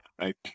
right